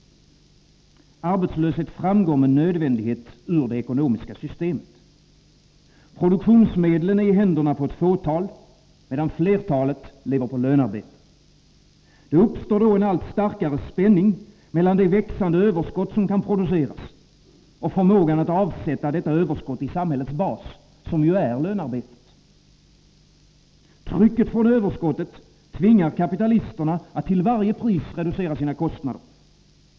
Arbetslöshet framgår med nödvändighet ur det ekonomiska systemet. Produktionsmedlen är i händerna på ett fåtal, medan flertalet lever på lönearbete. Det uppstår en allt starkare spänning mellan det växande överskott som kan produceras och förmågan att avsätta detta överskott i samhällets bas, som ju är lönearbetet. Trycket från överskottet tvingar kapitalisterna att till varje pris reducera sina kostnader.